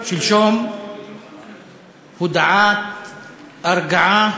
שלשום הודעה, הודעת הרגעה,